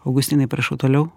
augustinai prašau toliau